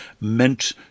meant